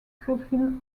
fulfill